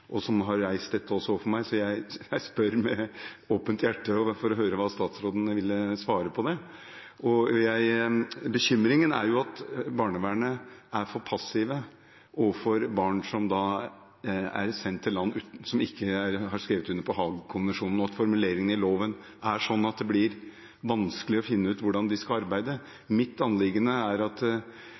og som har reist dette overfor meg. Jeg spør med åpent hjerte for å høre hva statsråden vil svare. Bekymringen er at barnevernet er for passive overfor barn som er sendt til land som ikke har skrevet under på Haagkonvensjonen, og at formuleringen i loven er sånn at det blir vanskelig å finne ut hvordan de skal arbeide. Mitt anliggende er at